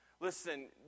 Listen